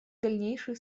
дальнейшую